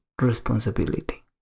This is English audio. responsibility